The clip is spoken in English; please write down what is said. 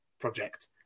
project